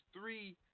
three